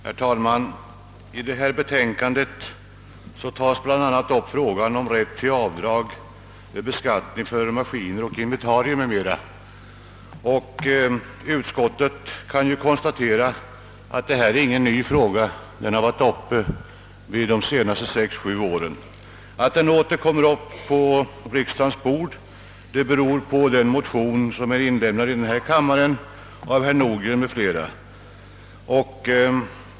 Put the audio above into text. Herr talman! I detta betänkande tar bevillningsutskottet upp frågan om rätt till avdrag vid beskattningen av maski ner och inventarier m.m. Utskottet konstaterar att detta inte är någon ny fråga; den har tvärtom varit uppe till behandling vid flera tillfällen under de senaste sex, sju åren. Att ärendet nu åter kommit på riksdagens bord beror på den motion som är avlämnad i denna kammare av herr Nordgren m.fl.